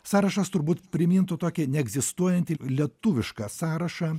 sąrašas turbūt primintų tokį neegzistuojantį lietuvišką sąrašą